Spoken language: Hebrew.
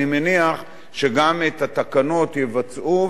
אני מניח שגם את התקנות יבצעו,